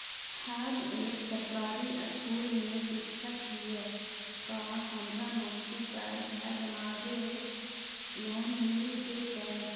हम एक सरकारी स्कूल में शिक्षक हियै का हमरा नौकरी पर घर बनाबे लोन मिल जितै?